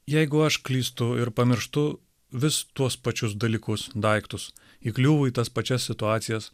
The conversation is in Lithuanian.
jeigu aš klystu ir pamirštu vis tuos pačius dalykus daiktus įkliūvu į tas pačias situacijas